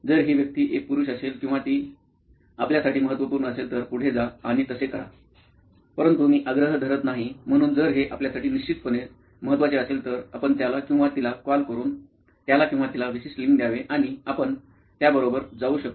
जर ही व्यक्ती एक पुरुष असेल किंवा ती आपल्यासाठी महत्त्वपूर्ण असेल तर पुढे जा आणि तसे करा परंतु मी आग्रह धरत नाही म्हणून जर हे आपल्यासाठी निश्चितपणे महत्वाचे असेल तर आपण त्याला किंवा तिला कॉल करून त्याला किंवा तिला विशिष्ट लिंग द्यावे आणि आपण त्या बरोबर जाऊ शकतो